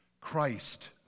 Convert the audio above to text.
Christ